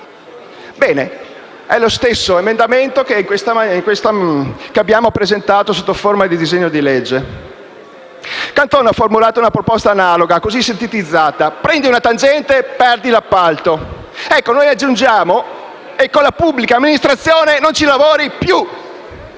Bene, è lo stesso emendamento che abbiamo presentato sotto forma di disegno di legge. Cantone ha formulato una proposta analoga, così sintetizzata: prendi una tangente, perdi l'appalto. E noi aggiungiamo: e con la pubblica amministrazione non ci lavori più.